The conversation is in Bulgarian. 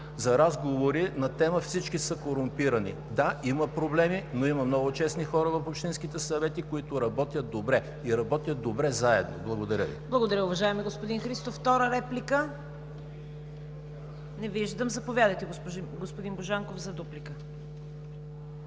за разговори на тема „Всички са корумпирани“. Да, има проблеми, но има много честни хора в общинските съвети, които работят добре и работят добре заедно. Благодаря Ви. ПРЕДСЕДАТЕЛ ЦВЕТА КАРАЯНЧЕВА: Благодаря Ви, уважаеми господин Христов. Втора реплика? Не виждам. Заповядайте, господин Божанков, за дуплика.